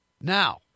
Now